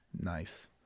Nice